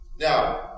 Now